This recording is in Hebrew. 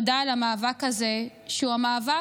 תודה על המאבק הזה, שהוא המאבק